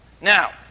Now